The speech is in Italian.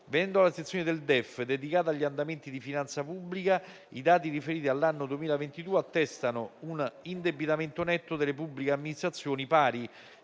Venendo alla sezione del DEF dedicata agli andamenti di finanza pubblica, i dati riferiti all'anno 2022 attestano un indebitamento netto delle pubbliche amministrazioni pari,